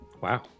wow